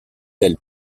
ailes